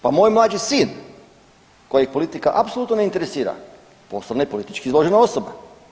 Pa moj mlađi sin, kojega politika apsolutno ne interesira postane politički izložena osoba.